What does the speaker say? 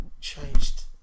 changed